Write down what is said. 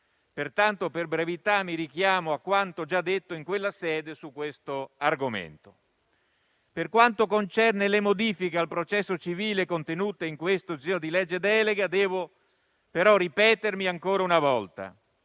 Pertanto, per brevità, mi richiamo a quanto già detto in quella sede su questo argomento. Per quanto concerne le modifiche al processo civile contenute in questo disegno di legge delega, devo però ripetermi ancora una volta